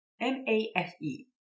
M-A-F-E